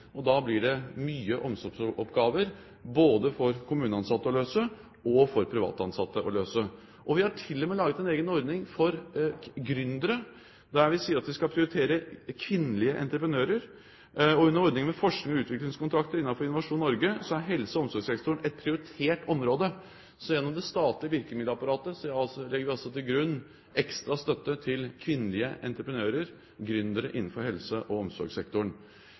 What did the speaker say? Da blir det mye omsorgsoppgaver både for kommuneansatte å løse og for privat ansatte å løse. Vi har til og med laget en egen ordning for gründere der vi sier at vi skal prioritere kvinnelige entreprenører, og under ordningen med forsknings- og utviklingskontrakter innenfor Innovasjon Norge er helse- og omsorgssektoren et prioritert område. Gjennom det statlige virkemiddelapparatet legger vi altså til grunn ekstra støtte til kvinnelige entreprenører og gründere innenfor helse- og omsorgssektoren.